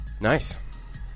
Nice